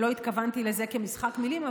לא התכוונתי לזה כמשחק מילים,